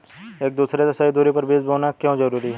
एक दूसरे से सही दूरी पर बीज बोना क्यों जरूरी है?